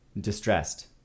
distressed